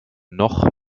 noch